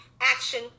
action